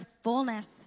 fullness